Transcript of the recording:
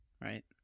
right